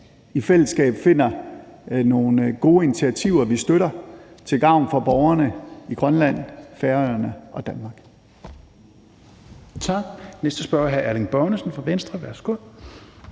i fællesskab finder nogle gode initiativer, vi støtter, til gavn for borgerne i Grønland, på Færøerne og i Danmark.